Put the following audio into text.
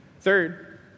Third